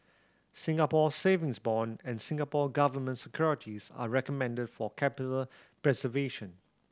Singapore Savings Bond and Singapore Government Securities are recommended for capital preservation